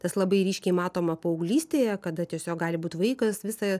tas labai ryškiai matoma paauglystėje kada tiesiog gali būt vaikas visą